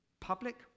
public